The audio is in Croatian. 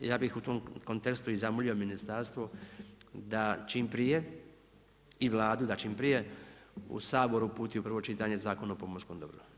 Ja bih u tom kontekstu i zamolio ministarstvo da čim prije i Vladu, da čim prije u Sabor uputi u prvo čitanje Zakon o pomorskom dobru.